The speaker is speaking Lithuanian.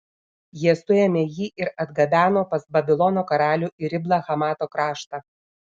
jie suėmė jį ir atgabeno pas babilono karalių į riblą hamato kraštą